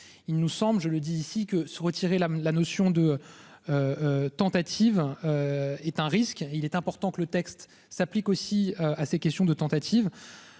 il nous semble, je le dis ici que se retirer la la notion de. Tentative. Est un risque, il est important que le texte s'applique aussi à ces questions de tentative.